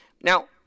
Now